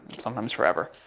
sometimes forever.